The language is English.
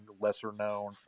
lesser-known